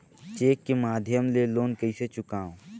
Cheque के माध्यम ले लोन कइसे चुकांव?